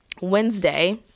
Wednesday